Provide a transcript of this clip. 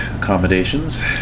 accommodations